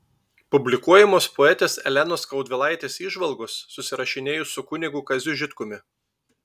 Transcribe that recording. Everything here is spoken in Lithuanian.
publikuojamos poetės elenos skaudvilaitės įžvalgos susirašinėjus su kunigu kaziu žitkumi